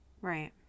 Right